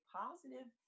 positive